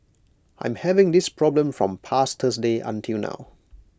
I'm having this problem from past Thursday until now